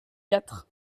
quatre